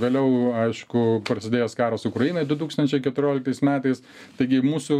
vėliau aišku prasidėjęs karas ukrainoj du tūkstančiai keturioliktais metais taigi mūsų